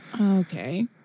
Okay